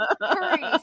Hurry